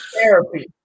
therapy